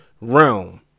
realm